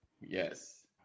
Yes